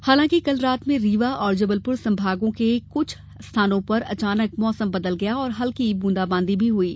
हालांकि कल रात में रीवा और जबलपुर संभागों के कुछ स्थानों में अचानक मौसम बदल गया और हल्की ब्रंदाबांदी भी हुयी